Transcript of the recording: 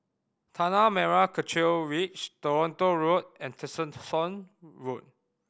Tanah Merah Kechil Ridge Toronto Road and Tessensohn Road